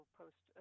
post